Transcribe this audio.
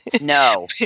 No